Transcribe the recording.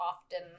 often